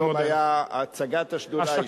והיום היתה הצגת השדולה.